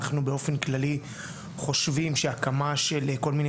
אנחנו באופן כללי חושבים שהקמה של כל מיני